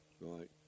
Right